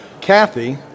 Kathy